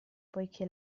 poiché